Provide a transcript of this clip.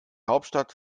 hauptstadt